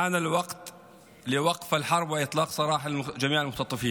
הגיע הזמן להפסקת המלחמה ולשחרור כל החטופים.